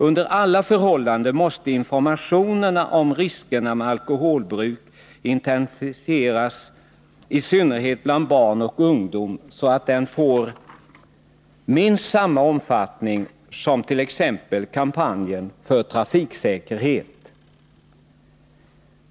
Under alla förhållanden måste informationen om riskerna med alkoholbruk intensifieras i synnerhet bland barn och ungdom, så att den får minst samma omfattning som t.ex. kampanjen för trafiksäkerhet.